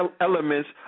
elements